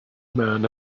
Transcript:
man